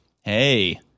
Hey